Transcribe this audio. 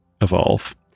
evolve